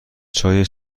چای